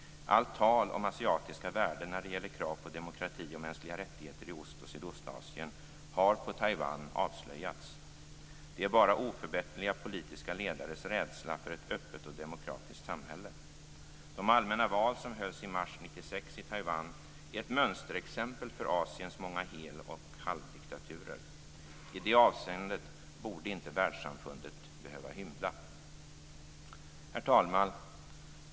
Allt tal om asiatiska värden när det gäller krav på demokrati och mänskliga rättigheter i Ost och Sydostasien har på Taiwan avslöjats. Det är bara oförbätterliga politiska ledares rädsla för ett öppet och demokratiskt samhälle. De allmänna val som hölls i mars 1996 i Taiwan är ett mönsterexempel för Asiens många hel eller halvdiktaturer. I det avseendet borde inte världssamfundet behöva hymla. Herr talman!